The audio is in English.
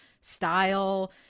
style